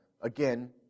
Again